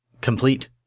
complete